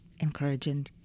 Encouraging